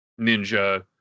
ninja